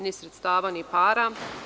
Ni sredstava ni para.